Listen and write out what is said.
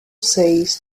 says